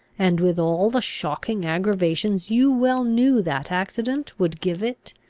and with all the shocking aggravations you well knew that accident would give it?